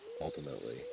ultimately